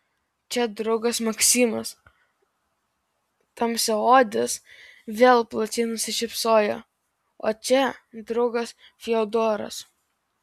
čia draugas maksimas tamsiaodis vėl plačiai nusišypsojo o čia draugas fiodoras